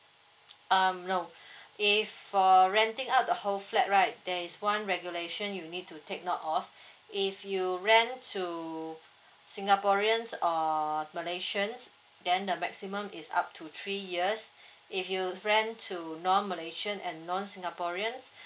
um no if for renting out the whole flat right there is one regulation you need to take note of if you rent to singaporeans or malaysians then the maximum is up to three years if you rent to non malaysian and non singaporean